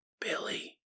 Billy